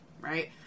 Right